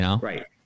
Right